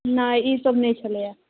नहि ई सब नहि छलैया